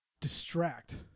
distract